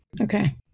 Okay